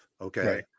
Okay